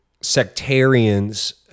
sectarians